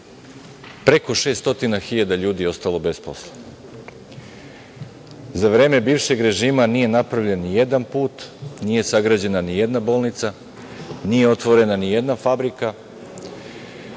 preko 600.000 ljudi je ostalo bez posla.Za vreme bivšeg režima nije napravljen ni jedan put, nije sagrađena ni jedna bolnica, nije otvorena ni jedna fabrika